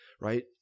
right